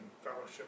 fellowship